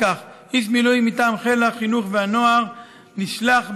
איש מילואים מטעם חיל החינוך והנוער נשלח,